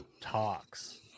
talks